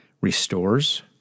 restores